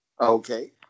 Okay